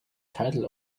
title